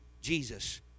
Jesus